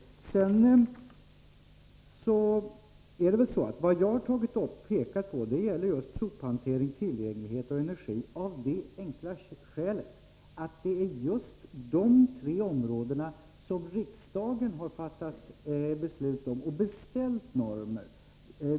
Jag har tagit upp och pekat på sophantering, tillgänglighet och energi av det enkla skälet att på dessa tre områden är det riksdagen som har fattat ett beslut om och beställt normer.